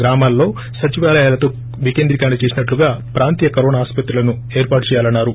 గ్రామాల్లో సచివాలయాలతో వికేంద్రీకరణ చేసినట్టుగా ప్రాంతీయ కరోన ఆసుపత్రులను ఏర్పాటు చేయాలన్నారు